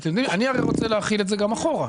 אני הרי רוצה להחיל את זה גם אחורה.